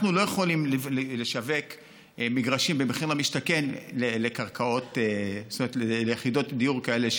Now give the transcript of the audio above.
אנחנו לא יכולים לשווק מגרשים במחיר למשתכן ליחידות דיור כאלה,